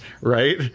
right